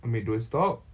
ambil dua stop